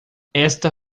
esta